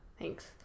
thanks